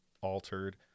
altered